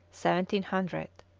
seven hundred,